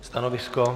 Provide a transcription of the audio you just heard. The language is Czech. Stanovisko?